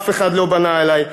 אף אחד לא בנה עלי.